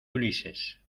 ulises